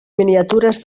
miniatures